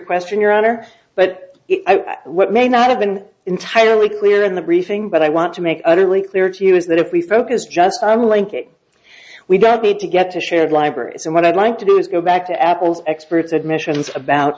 question your honor but what may not have been entirely clear in the briefing but i want to make utterly clear to you is that if we focus just on linkage we don't need to get to shared libraries and what i'd like to do is go back to apple's experts admissions about